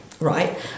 right